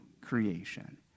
creation